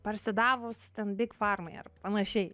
parsidavus ten big farmai ar panašiai